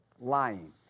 lying